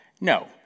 No